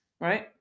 Right